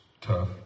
tough